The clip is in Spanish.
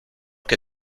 que